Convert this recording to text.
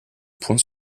point